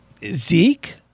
Zeke